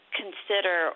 consider